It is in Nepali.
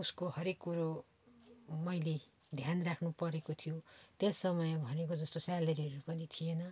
उसको हरेक कुरो मैले ध्यान राख्नु परेको थियो त्यस समय भनेको जस्तो सेलेरीहरू पनि थिएन